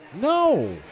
No